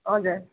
हजुर